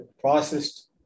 processed